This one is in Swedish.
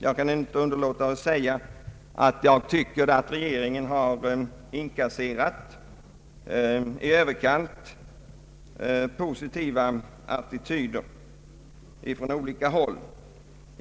Jag kan inte underlåta att säga att jag tycker att regeringen har inkasserat i överkant positiva attityder från olika håll.